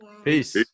Peace